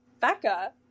becca